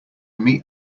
meet